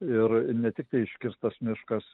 ir ne tiktai iškirstas miškas